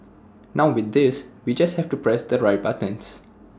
now with this we just have to press the right buttons